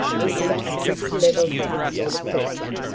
is a pretty level-headed sort of person.